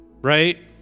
right